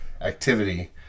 activity